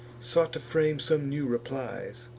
sought to frame some new replies.